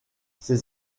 ses